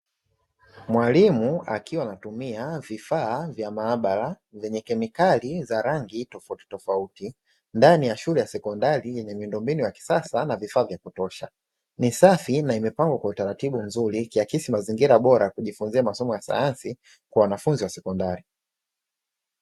Mwalimu akiwa anatumia vifaa vya maabara vyenye kemikali za rangi tofautitofauti, ndani ya shule ya sekondari yenye miundombinu ya kisasa na vifaa vya kutosha, ni safi na imepangwa kwa utaratibu mzuri ikiakisi mazingira bora kujifunzia masomo ya sayansi kwa wanafunzi wa sekondari.